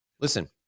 listen